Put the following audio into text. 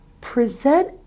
present